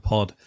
Pod